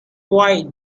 white